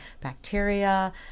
bacteria